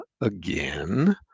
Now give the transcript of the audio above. again